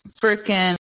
freaking